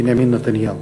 בנימין נתניהו.